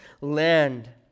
land